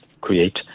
create